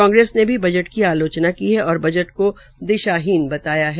कांग्रेस ने भी बजट की आलोचना की है और बजट को दिशाहीन बताया है